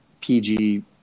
PG